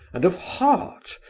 and of heart,